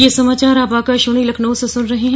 ब्रे क यह समाचार आप आकाशवाणी लखनऊ से सुन रहे हैं